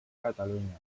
catalunya